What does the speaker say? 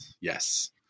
Yes